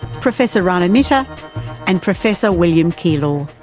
professor rana mitter and professor william keylor.